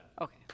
Okay